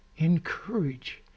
encourage